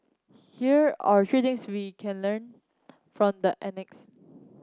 here are three things we can learn from the annex